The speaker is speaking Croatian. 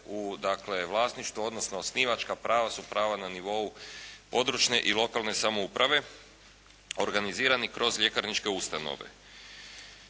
vlasništvu, odnosno osnivačka prava su prava na nivou područne i lokalne samouprave, organizirani kroz ljekarničke ustanove.